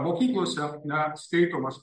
mokyklose na skaitomas